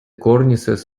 cornices